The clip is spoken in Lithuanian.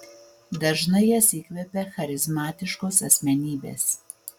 dažnai jas įkvepia charizmatiškos asmenybės